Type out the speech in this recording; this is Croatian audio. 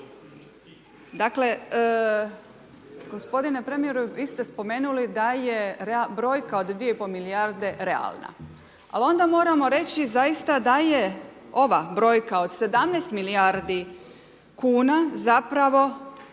dakle gospodine premijeru vi ste spomenuli da je brojka od 2,5 milijarde realna, al onda moramo reći zaista da je ova brojka od 17 milijardi kuna zapravo